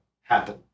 happen